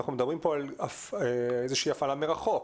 אנחנו מדברים פה על איזושהי הפעלה מרחוק,